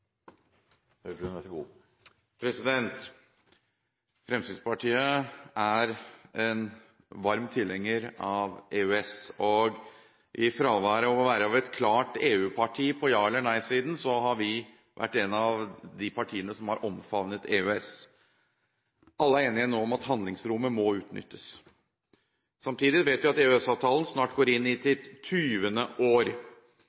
en varm tilhenger av EØS-avtalen. I fravær av å være et klart EU-parti på ja- eller nei-siden har vi vært et av de partiene som har omfavnet EØS. Alle er nå enige om at handlingsrommet må utnyttes. Samtidig vet vi at EØS-avtalen snart går inn i